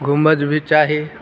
गुम्बज भी चाही